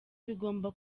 bigomba